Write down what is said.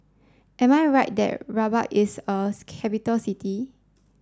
am I right there Rabat is a capital city